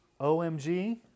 OMG